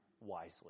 wisely